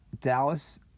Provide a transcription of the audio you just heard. Dallas